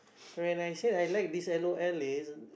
when I say I like this L_O_L is